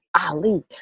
Ali